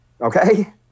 Okay